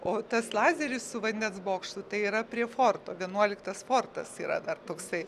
o tas lazeris su vandens bokštu tai yra prie forto vienuoliktas fortas yra dar toksai